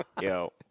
Yo